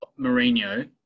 Mourinho